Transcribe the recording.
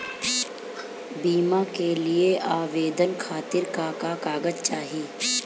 बीमा के लिए आवेदन खातिर का का कागज चाहि?